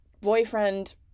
boyfriend